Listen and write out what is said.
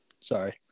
Sorry